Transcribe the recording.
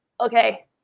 okay